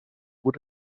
would